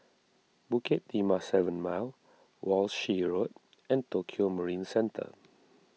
Bukit Timah seven Mile Walshe Road and Tokio Marine Centre